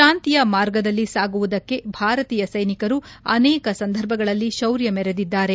ಶಾಂತಿಯ ಮಾರ್ಗದಲ್ಲಿ ಸಾಗುವುದಕ್ಕೆ ಭಾರತೀಯ ಸೈನಿಕರು ಅನೇಕ ಸಂದರ್ಭಗಳಲ್ಲಿ ಶೌರ್ಯ ಮೆರೆದಿದ್ದಾರೆ